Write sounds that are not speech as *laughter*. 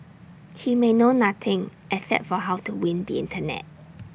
he may know nothing except for how to win the Internet *noise*